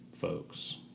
folks